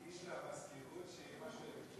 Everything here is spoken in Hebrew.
תגיד למזכירות שזה מנגנון